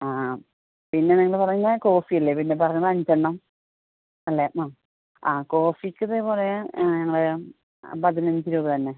ആ പിന്നെ നിങ്ങൾ പറയുന്നത് കോഫി അല്ലേ പിന്നെ പറഞ്ഞത് അഞ്ചെണ്ണം അല്ലായിരുന്നോ ആ കോഫിക്ക് ഇത് പറയാൻ ഞങ്ങൾ പതിനഞ്ച് രൂപ തന്നെ